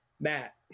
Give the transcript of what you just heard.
Matt